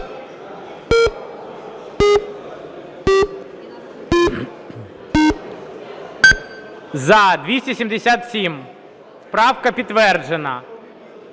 За-277 Правка підтверджена.